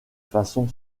façon